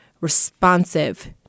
responsive